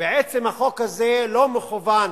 ובעצם החוק הזה לא מכוון